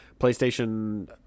PlayStation